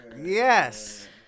Yes